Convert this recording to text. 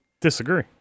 Disagree